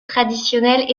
traditionnelle